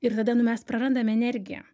ir tada nu mes prarandam energiją